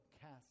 cast